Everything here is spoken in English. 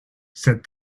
said